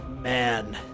man